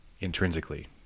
intrinsically